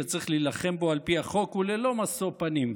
שצריך להילחם בו על פי החוק וללא משוא פנים.